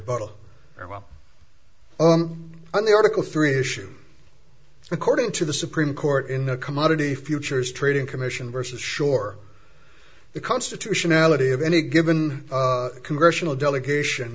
article three issue according to the supreme court in the commodity futures trading commission versus sure the constitutionality of any given congressional delegation